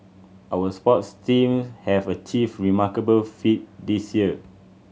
our sports teams have achieved remarkable feats this year